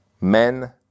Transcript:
men